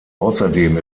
außerdem